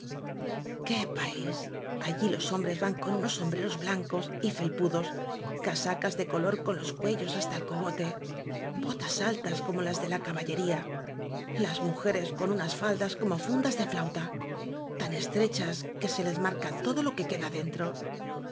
qué pais allí los hom bres van con unos sombreros blancos y felpu dos casacas de color con los cuellos hasta el cogote botas altas como las de la caballería las mujeres con unas faldas como fundas de flauta tan estrechas que se les marca todo lo que queda dentro